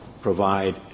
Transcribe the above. provide